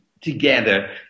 together